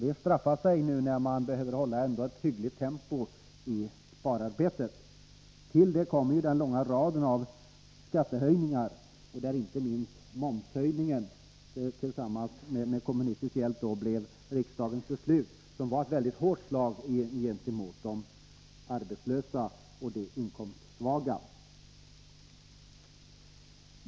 Det straffar sig nu, när man ändå behöver hålla ett hyggligt tempo i spararbetet. Till detta kommer den långa raden av skattehöjningar, inte minst momshöjningen, som med kommunistisk hjälp blev riksdagens beslut. Det var ett mycket hårt slag mot de arbetslösa och de inkomstsvaga.